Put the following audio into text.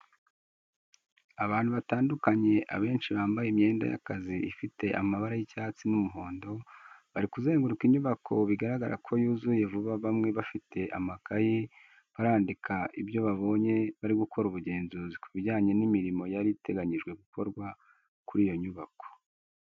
Abantu batandukanye abenshi bambaye imyenda y'akazi ifite amabara y'icyatsi n'umuhondo, bari kuzenguruka inyubako bigaragara ko yuzuye vuba bamwe bafite amakayi barandika ibyo babonye bari gukora ubugenzuzi ku bijyanye n'imirimo yari iteganyijwe gukorwa kuri iyo nyubako.